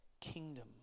kingdom